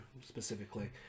specifically